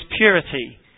purity